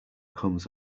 comes